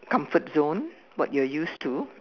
comfort zone what you are used to